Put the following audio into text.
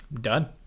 done